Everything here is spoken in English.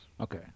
Okay